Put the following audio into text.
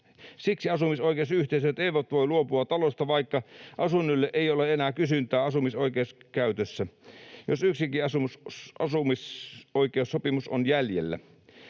Siksi asumisoikeusyhteisöt eivät voi luopua talosta, vaikka asunnoille ei ole enää kysyntää asumisoikeuskäytössä, jos yksikin asumisoikeussopimus on jäljellä.